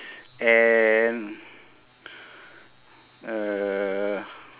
and uh